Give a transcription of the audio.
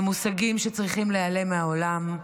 הם מושגים שצריכים להיעלם מהעולם.